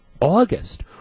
August